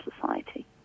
society